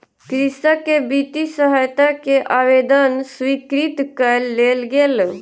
कृषक के वित्तीय सहायता के आवेदन स्वीकृत कय लेल गेल